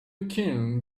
king